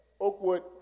Oakwood